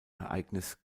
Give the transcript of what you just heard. ereignis